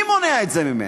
מי מונע את זה ממנה?